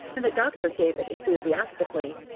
and the doctor gave it enthusiastically.